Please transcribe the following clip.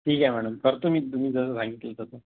ठीक आहे मॅडम करतो मी तुम्ही जे सांगितलं तसं